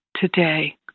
today